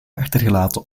achtergelaten